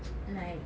like